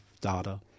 data